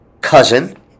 cousin